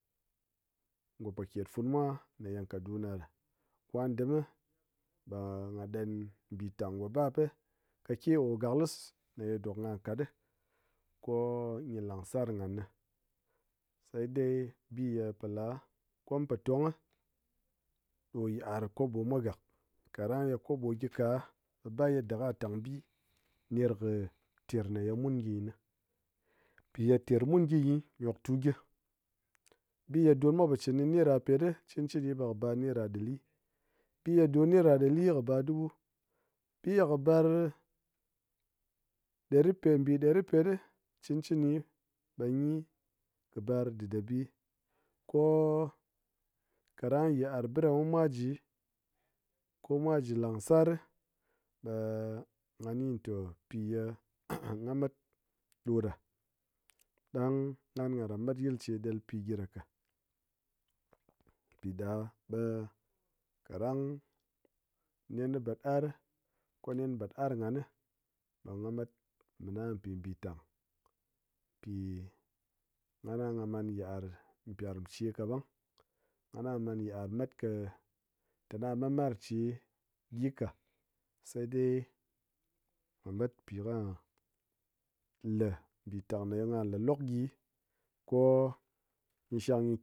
ngo póket fun mwa ne ye kaduna ɗa ko gha dem ɓe gha ɗen mbitang ngo bab kake o gaklɨs neye dok gha kat ko nyi lang sar ghán saidai biye pola ko mun po tong ɗo yit'ar kobo mwa gak, káɗang yit'ar kobo mwa gyi ka ɓe ba yada ka tang bi ner kɨ ter neye mun gyi ne, mpi ye ter mun gyi nyi nyoktu gyɨ bi ye dok mwa po cɨn cɨni naira pet cɨn cɨni ɓe kɨ bar naira dari, bi ye don naira dari bar dubu, bi ye kɨ bar dari pet nbi dari pet cɨn cɨni be kɨ bar ɗɨdé bi ko káɗang yit'ar bɨɗa mwa, mwa ji, ko mwa ji láng sar gha ni té piye gha mat ɗóɗa ɗang ghan gha ran mat yel che del pi gyi ɗa ka mpiɗa ɓe kádang nen bɨd ar ko nen bad ar ghán ɓe gha mat ména mpi mbitang mpi ghana man yit'ar mpyérm che káɓang, ghana man yit'ar met kɨ téna met mar che gyi ka saidai ghá met pi ko ka le mbitang ɗe ba lelok gyi, ko shang